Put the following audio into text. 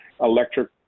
electric